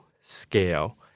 scale